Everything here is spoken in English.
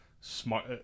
smart